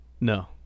no